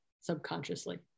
subconsciously